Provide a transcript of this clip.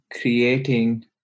creating